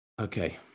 Okay